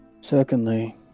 Secondly